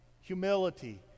humility